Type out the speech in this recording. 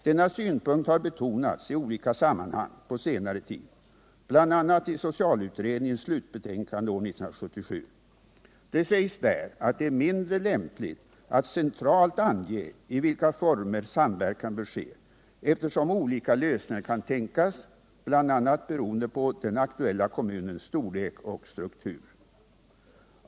Denna synpunkt har betonats i olika sammanhang på senare tid, bl.a. i socialutredningens slutbetänkande . Det sägs där att det är mindre lämpligt att centralt ange i vilka former samverkan bör ske, eftersom olika lösningar kan tänkas, bl.a. beroende på den aktuella kommunens storlek och struktur.